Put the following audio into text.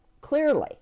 clearly